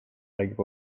räägib